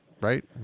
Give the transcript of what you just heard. right